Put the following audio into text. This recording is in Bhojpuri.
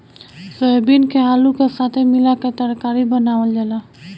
सोयाबीन के आलू का साथे मिला के तरकारी बनावल जाला